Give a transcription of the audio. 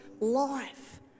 life